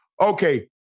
Okay